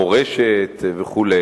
המורשת וכו',